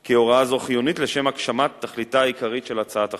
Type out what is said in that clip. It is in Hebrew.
כי הוראה זו חיונית לשם הגשמת תכליתה העיקרית של הצעת החוק.